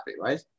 Right